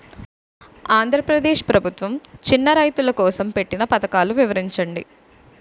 ఆంధ్రప్రదేశ్ ప్రభుత్వ చిన్నా రైతుల కోసం పెట్టిన పథకాలు వివరించండి?